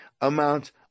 amount